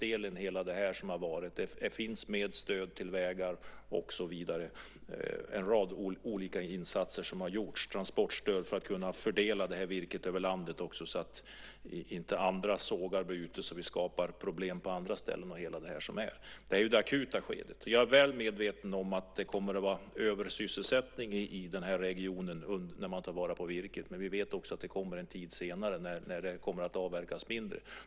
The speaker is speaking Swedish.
Även stöd till vägar finns med och så vidare. En rad olika insatser har gjorts. Det gäller bland annat transportstöd för att detta virke ska kunna fördelas över landet så att det inte skapas problem på andra ställen. Detta gäller det akuta skedet. Jag är väl medveten om att det kommer att vara översysselsättning i den här regionen när man tar vara på virket. Men vi vet också att det kommer en tid senare då det kommer att avverkas mindre.